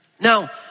Now